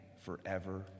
forever